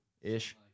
ish